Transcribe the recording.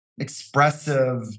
expressive